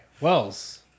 wells